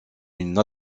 une